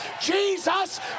jesus